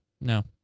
No